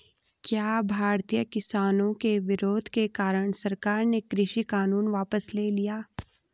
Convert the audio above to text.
क्या भारतीय किसानों के विरोध के कारण सरकार ने कृषि कानून वापस ले लिया?